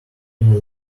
many